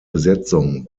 besetzung